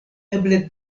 eble